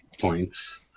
points